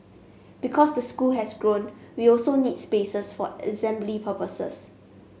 because the school has grown we also need spaces for assembly purposes